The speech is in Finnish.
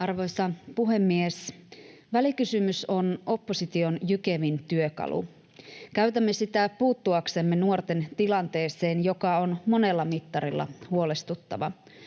Arvoisa puhemies! Välikysymys on opposition jykevin työkalu. Käytämme sitä puuttuaksemme nuorten tilanteeseen, joka on monella mittarilla huolestuttava,